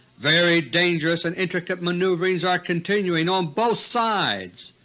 very dangerous and intricate maneuverings are continuing on both sides.